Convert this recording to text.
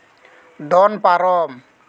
ᱫᱚᱱ ᱯᱟᱨᱚᱢ